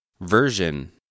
version